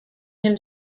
him